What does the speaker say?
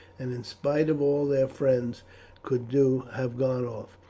and in spite of all their friends could do have gone off.